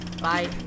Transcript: Bye